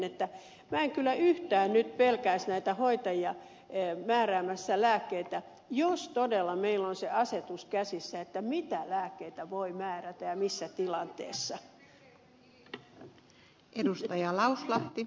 minä en kyllä yhtään nyt pelkäisi näitä hoitajia määräämässä lääkkeitä jos todella meillä on se asetus käsissä mitä lääkkeitä voi määrätä ja missä tilanteessa